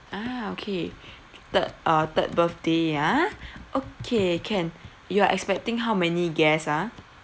ah okay thi~ uh third birthday ah okay can you are expecting how many guests ah